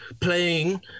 playing